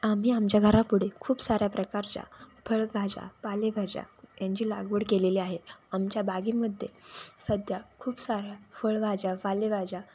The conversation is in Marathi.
आम्ही आमच्या घरापुढे खूप साऱ्या प्रकारच्या फळभाज्या पालेभाज्या यांची लागवड केलेली आहे आमच्या बागेमध्ये सध्या खूप साऱ्या फळभाज्या पालेभाज्या